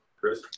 Chris